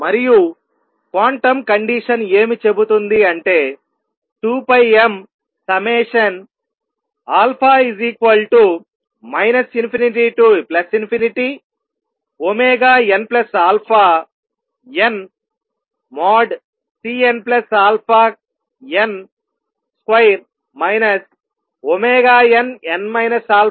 మరియు quantum condition ఏమి చెబుతుంది అంటే 2πmα ∞nαn|Cnαn |2 nn α|Cnn α |2h